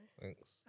Thanks